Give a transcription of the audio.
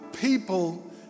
people